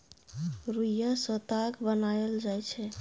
रुइया सँ ताग बनाएल जाइ छै